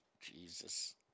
Jesus